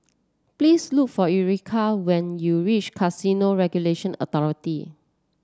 please look for Erika when you reach Casino Regulatory Authority